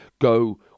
go